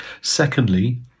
Secondly